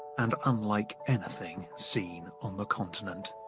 and unlike anything seen on the continent.